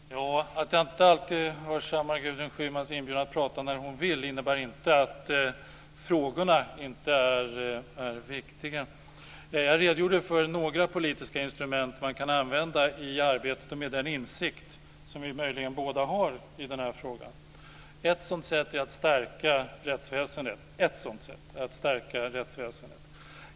Fru talman! Att jag inte alltid hörsammar Gudrun Schymans inbjudan att prata när hon vill innebär inte att frågorna inte är viktiga. Jag redogjorde för några politiska instrument man kan använda i arbetet med den insikt som vi möjligen båda har i denna fråga. Ett sådant sätt är att stärka rättsväsendet.